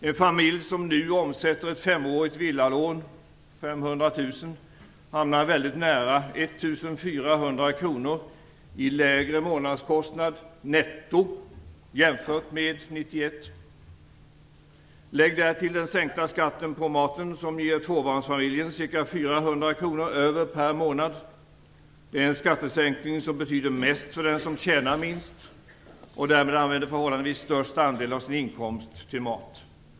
En familj som nu omsätter ett femårigt villalån på 500 000 kr hamnar nu väldigt nära 1 400 kr i lägre månadskostnad - netto - jämfört med 1991. Lägg därtill den sänkta skatten på maten som ger tvåbarnsfamiljen ca 400 kr över per månad. Det är den skattesänkning som betyder mest för den som tjänar minst och därmed använder störst andel av sin inkomst till mat.